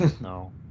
No